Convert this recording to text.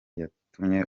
yatuma